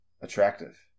attractive